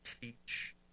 teach